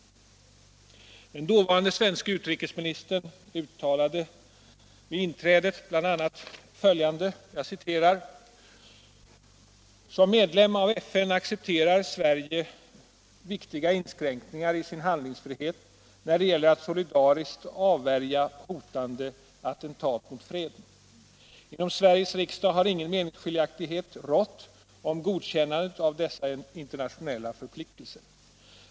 Den dåvarande svenske utrikesministern uttalade vid Sveriges inträde bl.a. följande: ”Såsom medlem av FN accepterar Sverige viktiga inskränkningar i sin handlingsfrihet, när det gäller att solidariskt avvärja hotande attentat mot freden. Inom Sveriges riksdag har ingen meningsskiljaktighet rått om godkännandet av dessa internationella förpliktelser.